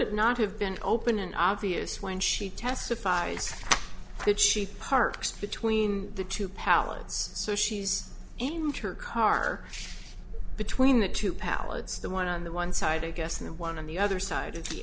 it not have been open and obvious when she testified that she parks between the two pallets so she's enter car between the two pallets the one on the one side i guess and one on the other side of the